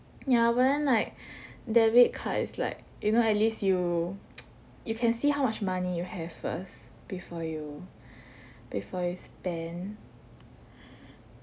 ya but then like debit card is like you know at least you you can see how much money you have first before you before you spend